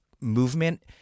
movement